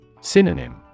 Synonym